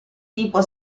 tipo